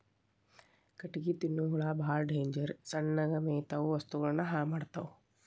ಕಟಗಿ ತಿನ್ನು ಹುಳಾ ಬಾಳ ಡೇಂಜರ್ ಸಣ್ಣಗ ಮೇಯತಾವ ವಸ್ತುಗಳನ್ನ ಹಾಳ ಮಾಡತಾವ